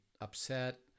upset